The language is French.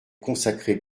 consacré